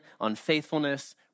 unfaithfulness